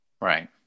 Right